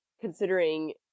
considering